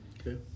Okay